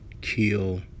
kill